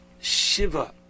Shiva